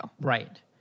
Right